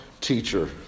teacher